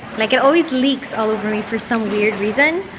like it always leaks all over me for some weird reason.